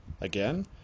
Again